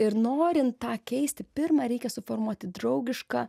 ir norint tą keisti pirma reikia suformuoti draugišką